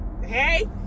hey